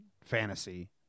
fantasy